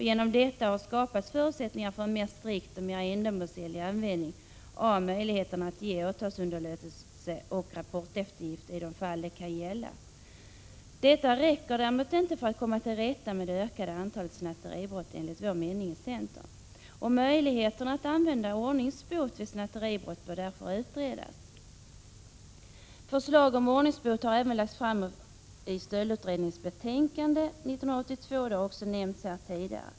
Genom detta har skapats förutsättningar för en mera strikt och ändamålsenlig användning av möjligheterna att ge åtalsunderlåtelse och rapporteftergift i de fall det kan gälla. Detta räcker enligt centerns mening däremot inte för att komma till rätta med det ökade antalet snatteribrott. Möjligheterna att använda ordningsbot vid snatteribrott bör därför utredas. Förslag om ordningsbot har även lagts fram i stöldutredningens betänkande 1982, vilket också har nämnts här tidigare.